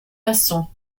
maçons